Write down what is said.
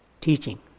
teaching